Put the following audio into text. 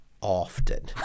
often